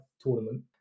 tournament